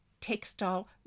textile